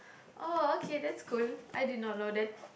oh okay that's cool I did not know that